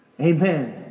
Amen